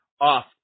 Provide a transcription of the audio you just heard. off